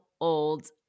old